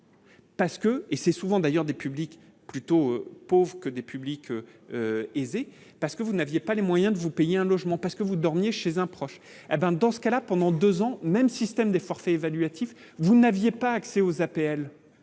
Parce que, et c'est souvent d'ailleurs des publics plutôt Pauvre que des publics parce que vous n'aviez pas les moyens de vous payer un logement parce que vous dormiez chez un proche, ah ben dans ce cas là, pendant 2 ans, même système des forfaits évaluatif vous n'aviez pas accès aux APL